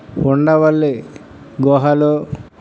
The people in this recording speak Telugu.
ఉండవల్లి గుహలు